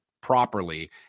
properly